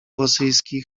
rosyjski